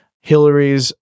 Hillary's